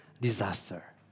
disaster